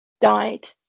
died